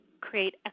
create